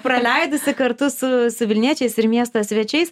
praleidusi kartu su vilniečiais ir miesto svečiais